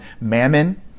mammon